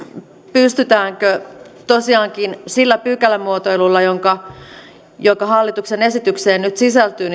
pystytäänkö tosiaankin sillä pykälämuotoilulla joka hallituksen esitykseen nyt sisältyy